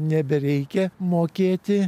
nebereikia mokėti